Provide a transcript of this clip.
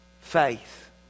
faith